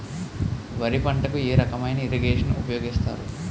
వరి పంటకు ఏ రకమైన ఇరగేషన్ ఉపయోగిస్తారు?